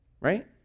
right